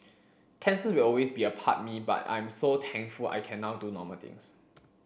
cancer will always be a part me but I am so thankful I can now do normal things